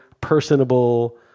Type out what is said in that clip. personable